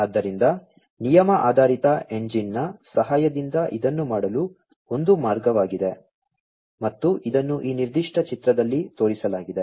ಆದ್ದರಿಂದ ನಿಯಮ ಆಧಾರಿತ ಎಂಜಿನ್ನ ಸಹಾಯದಿಂದ ಇದನ್ನು ಮಾಡಲು ಒಂದು ಮಾರ್ಗವಾಗಿದೆ ಮತ್ತು ಇದನ್ನು ಈ ನಿರ್ದಿಷ್ಟ ಚಿತ್ರದಲ್ಲಿ ತೋರಿಸಲಾಗಿದೆ